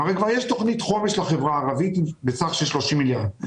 הרי כבר יש תוכנית חומש לחברה הערבית בסך של 30 מיליארד,